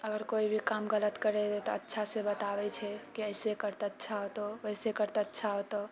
अगर कोई भी काम गलत करै तऽ अच्छासँ बताबै छै कि ऐसे करऽ तऽ अच्छा हेतौ वैसे करऽ तऽ अच्छा हेतौ